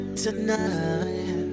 tonight